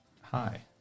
Hi